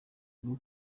bwo